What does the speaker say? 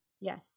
Yes